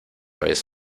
vez